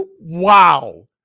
Wow